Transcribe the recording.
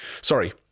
Sorry